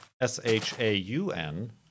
S-H-A-U-N